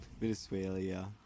Venezuela